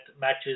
matches